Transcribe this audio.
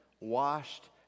washed